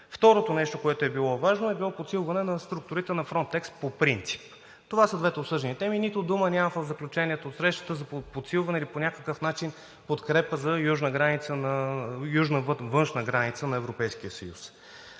Второто нещо, което е било важно, е било подсилване на структурите на Frontex по принцип. Това са двете обсъждани теми. Няма нито дума в заключенията от срещата за подсилване или по някакъв начин подкрепа за южна външна граница на Европейския съюз.